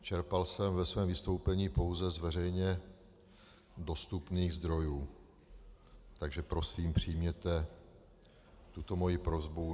Čerpal jsem ve svém vystoupení pouze z veřejně dostupných zdrojů, takže prosím přijměte tuto moji prosbu.